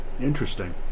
Interesting